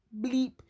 bleep